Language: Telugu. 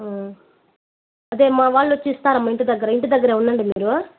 అదే మావాళ్ళొచ్చి ఇస్తారమ్మ ఇంటి దగ్గర ఇంటి దగ్గరే ఉండండి మీరు